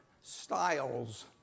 styles